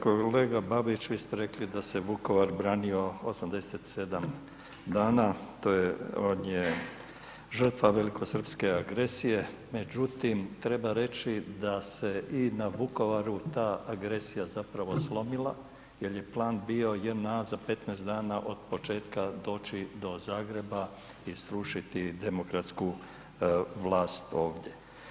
Kolega Babić, vi ste rekli da se Vukovar branio 87 dana, to je od nje žrtva velikosrpske agresije, međutim treba reći da se i na Vukovaru ta agresija zapravo slomila jel je plan bio JNA za 15 dana otpočetka doći do Zagreba i srušiti demokratsku vlast ovdje.